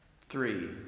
Three